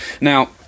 Now